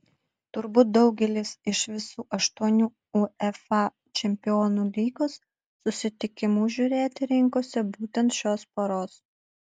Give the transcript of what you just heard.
turbūt daugelis iš visų aštuonių uefa čempionų lygos susitikimų žiūrėti rinkosi būtent šios poros